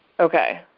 okay.